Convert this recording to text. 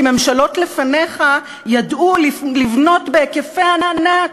כי ממשלות לפניך ידעו לבנות בהיקפי ענק,